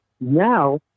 now